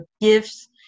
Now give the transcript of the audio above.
gifts